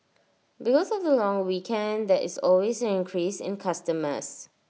because of the long weekend there is always an increase in customers